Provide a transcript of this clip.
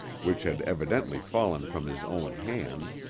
which had evidently fallen from his own hand,